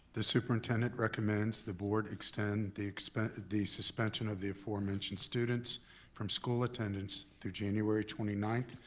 the superintendent recommends the board extend the extend the suspension of the aforementioned students from school attendance through january twenty nine,